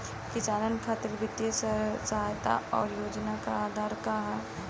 किसानन खातिर वित्तीय सहायता और योजना क आधार का ह?